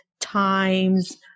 times